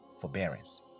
forbearance